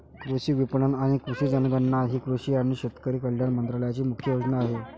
कृषी विपणन आणि कृषी जनगणना ही कृषी आणि शेतकरी कल्याण मंत्रालयाची मुख्य योजना आहे